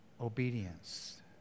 obedience